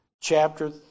chapter